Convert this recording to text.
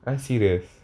!huh! serious